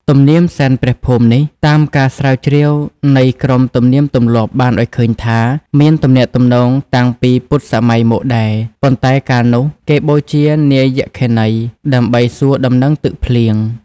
ទំនៀមសែនព្រះភូមិនេះ តាមការស្រាវជ្រាវនៃក្រុមទំនៀមទម្លាប់បានឲ្យឃើញថា មានទំនាក់ទំនងតាំងពីពុទ្ធសម័យមកដែរ ប៉ុន្តែកាលនោះ គេបូជានាងយក្ខិនី ដើម្បីសួរដំណឹងទឹកភ្លៀង ។